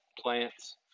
plants